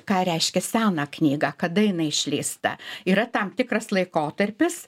ką reiškia seną knygą kada jinai išleista yra tam tikras laikotarpis